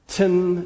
Tim